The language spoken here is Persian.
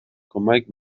کمک